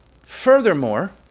furthermore